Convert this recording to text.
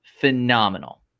phenomenal